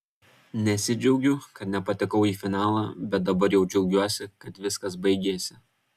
nesidžiaugiu kad nepatekau į finalą bet dabar jau džiaugiuosi kad viskas baigėsi